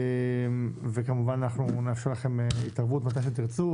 וכמובן נאפשר לכם התערבות מתי שתרצו,